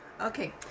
Okay